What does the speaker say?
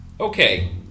Okay